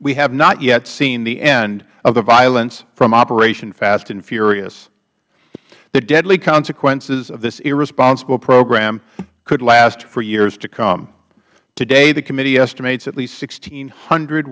we have not yet seen the end of the violence from operation fast and furious the deadly consequences of this irresponsible program could last for years to come today the committee estimates at least